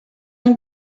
and